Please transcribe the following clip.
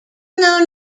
known